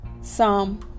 Psalm